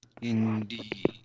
Indeed